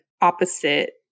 opposite